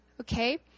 okay